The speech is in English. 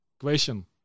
Question